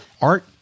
Art